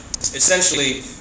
essentially